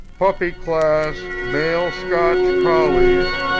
puppy class, male scotch collies!